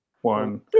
one